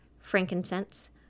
frankincense